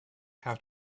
how